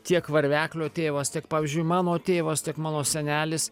tiek varveklio tėvas tiek pavyzdžiui mano tėvas tiek mano senelis